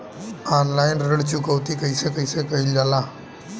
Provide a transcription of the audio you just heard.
Online ऋण चुकौती कइसे कइसे कइल जाला?